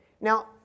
Now